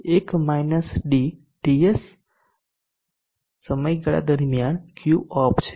TS સમયગાળા દરમિયાન Q of છે